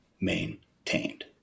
maintained